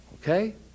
Okay